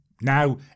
now